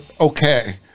okay